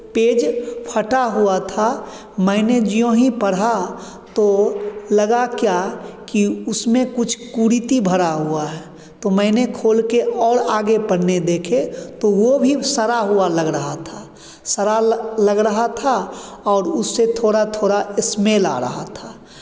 page फटा हुआ था मैंने ज्यों ही पढ़ा तो लगा क्या की उसमें कुछ कुरीति भरा हुआ है तो मैंने खोल के और आगे पन्ने देखे तो वो भी सड़ा हुआ लग रहा था सड़ा लग लग रहा था और उससे थोड़ा थोड़ा स्मेल आ रहा था